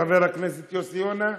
חבר הכנסת יוסי יונה,